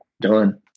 done